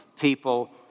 people